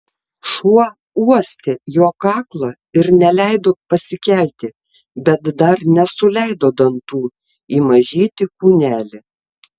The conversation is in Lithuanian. šuo uostė jo kaklą ir neleido pasikelti bet dar nesuleido dantų į mažytį kūnelį